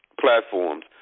platforms